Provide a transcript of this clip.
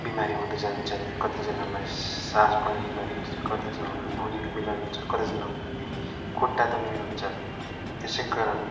बिमारी हुँदै जान्छन् कतिजनालाई सास बड्ने बिमार हुन्छ कतिजनालाई भुँडीको बिमार हुन्छ कतिजनालाई खुट्टा दुख्ने बिमार हुन्छ त्यसै कारण